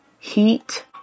Heat